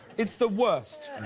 it's the worst.